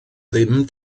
ddim